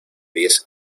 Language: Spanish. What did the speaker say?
diez